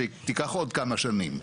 שתיקח עוד כמה שנים.